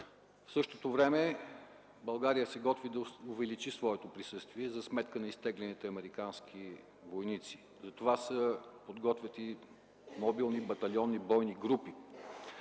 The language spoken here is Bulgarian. В същото време България се готви да увеличи своето присъствие за сметка на изтеглените американски войници. За това се подготвят и мобилни батальони и бойни групи.